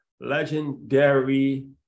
legendary